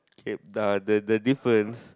K the the difference